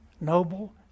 noble